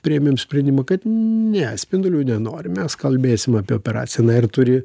priėmėm sprendimą kad ne spindulių nenorim mes kalbėsim apie operaciją na ir turi